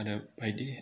आरो बायदि